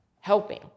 helping